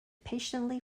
patiently